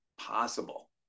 possible